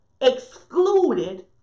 excluded